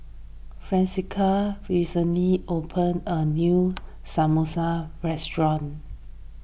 Francesca recently opened a new Samosa restaurant